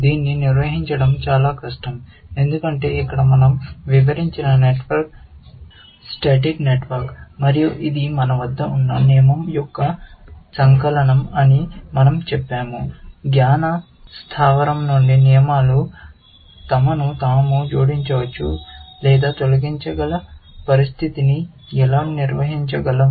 దీన్ని నిర్వహించడం చాలా కష్టం ఎందుకంటే ఇక్కడ మన০ వివరించిన నెట్వర్క్ స్టాటిక్ నెట్వర్క్ మరియు ఇది మన వద్ద ఉన్న నియమం యొక్క సంకలనం అని మన০ చెప్పాము జ్ఞాన స్థావరం నుండి నియమాలు తమను తాము జోడించవచ్చు లేదా తొలగించగల పరిస్థితిని ఎలా నిర్వహించగలం